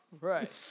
Right